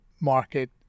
market